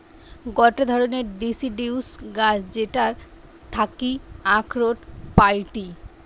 গটে ধরণের ডিসিডিউস গাছ যেটার থাকি আখরোট পাইটি